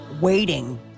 waiting